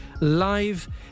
live